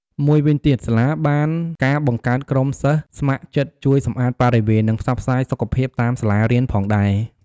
មួយវិញទៀត សាលាបានការបង្កើតក្រុមសិស្សស្ម័គ្រចិត្តជួយសម្អាតបរិវេណ និងផ្សព្វផ្សាយសុខភាពតាមសាលារៀនផងដែរ។